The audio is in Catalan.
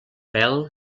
pèl